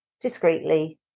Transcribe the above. discreetly